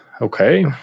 Okay